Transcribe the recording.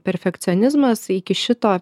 perfekcionizmas iki šito